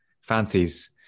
fancies